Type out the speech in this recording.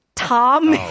Tom